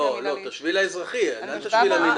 לא, לא, תשווי לאזרחי, אל תשווי למינהלי.